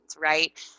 right